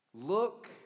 Look